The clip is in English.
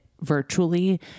virtually